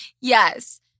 Yes